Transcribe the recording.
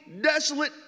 desolate